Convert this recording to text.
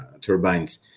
turbines